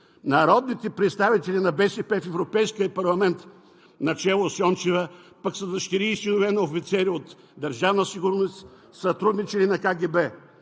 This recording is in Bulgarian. Народните представители на БСП в Европейския парламент, начело с Йончева, пък са дъщери и синове на офицери от Държавна сигурност, сътрудничили на КГБ.